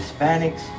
Hispanics